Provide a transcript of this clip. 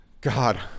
God